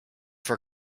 for